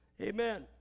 Amen